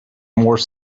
more